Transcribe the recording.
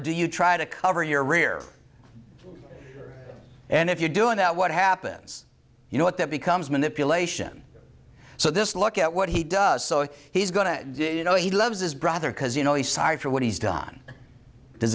do you try to cover your rear and if you're doing that what happens you know what that becomes manipulation so this look at what he does so he's going to do you know he loves his brother because you know he's sorry for what he's done